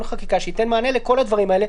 חקיקה שייתן מענה לכל הדברים האלה,